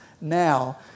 now